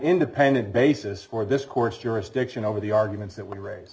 independent basis for discourse jurisdiction over the arguments that would raise